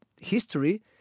history